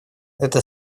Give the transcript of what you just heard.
это